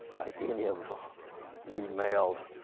like any of we males,